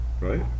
Right